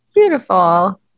Beautiful